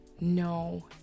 No